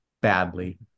badly